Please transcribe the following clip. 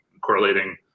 correlating